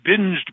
binged